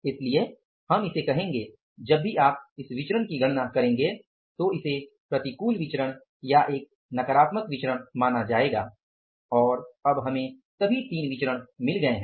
इसलिए हम इसे कहेंगे जब भी आप इस विचरण की गणना करेंगे तो इसे प्रतिकूल विचरण या एक नकारात्मक विचरण माना जाएगा और अब हमें सभी तीन विचरण मिल गए हैं